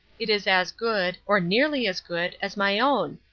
it is as good or nearly as good as my own.